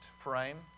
frame